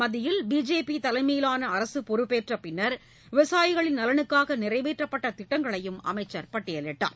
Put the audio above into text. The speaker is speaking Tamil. மத்தியில் பிஜேபிதலைமையிலானஅரசுபொறுப்பேற்றபின்னர் விவசாயிகளின் நலனுக்காகநிறைவேற்றப்பட்டதிட்டங்களையும் அமைச்சர் பட்டியலிட்டார்